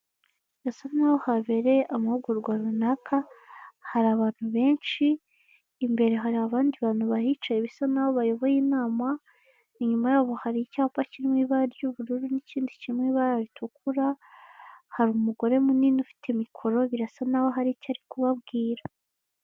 Birasa nkaho habereye amahugurwa runaka, hari abantu benshi, imbere hari abandi bantu bahicaye bisa naho bayoboye inama, inyuma yabo hari icyapa kiri mu ibara ry'ubururu, n'ikindi kiri mu ibara ritukura, hari umugore munini ufite mikoro, birasa naho hari icyo ari kubabwira.